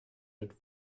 mit